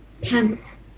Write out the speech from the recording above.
Pence